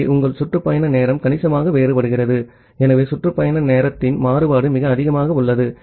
ஆகவே உங்கள் சுற்று பயண நேரம் கணிசமாக வேறுபடுகிறது ஆகவே சுற்று பயண நேரத்தின் மாறுபாடு மிக அதிகமாக உள்ளது